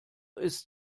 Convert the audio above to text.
ist